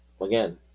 again